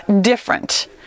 different